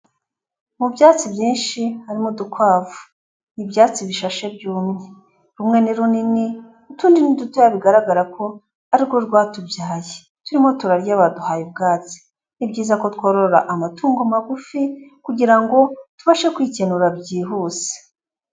Mu byatsi byinshi harimo udukwavu, ni ibyatsi bishashe byumye, rumwe ni runini utundi ni dutoya bigaragara ko ari rwo rwatubyaye, turimo turarya baduhaye ubwatsi, ni byiza ko tworora amatungo magufi kugira ngo ngo tubashe kwikenura byihuse.